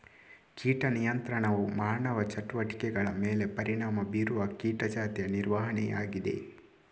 ಕೀಟ ನಿಯಂತ್ರಣವು ಮಾನವ ಚಟುವಟಿಕೆಗಳ ಮೇಲೆ ಪರಿಣಾಮ ಬೀರುವ ಕೀಟ ಜಾತಿಯ ನಿರ್ವಹಣೆಯಾಗಿದೆ